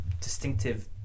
distinctive